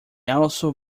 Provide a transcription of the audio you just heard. also